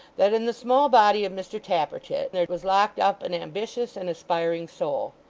that in the small body of mr tappertit there was locked up an ambitious and aspiring soul.